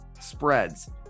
spreads